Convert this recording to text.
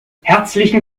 herzlichen